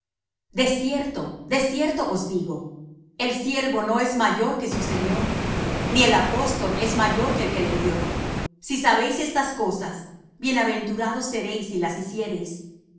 cierto os digo el siervo no es mayor que su señor ni el apóstol es mayor que el que le envió si sabéis estas cosas bienaventurados seréis si las hiciereis